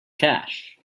cash